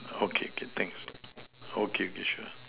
okay okay thanks okay okay sure